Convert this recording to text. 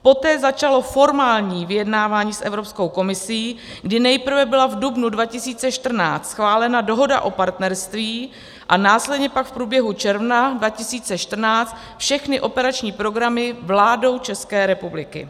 Poté začalo formální vyjednávání s Evropskou komisí, kdy nejprve byla v dubnu 2014 schválena Dohoda o partnerství a následně pak v průběhu června 2014 všechny operační programy vládou České republiky.